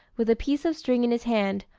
with a piece of string in his hand,